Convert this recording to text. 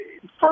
first